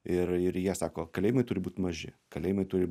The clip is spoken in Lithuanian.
ir ir jie sako kalėjimai turi būt maži kalėjimai turi